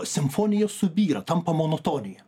simfonija subyra tampa monotonija